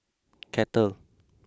kettle